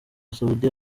saudi